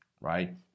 right